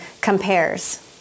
compares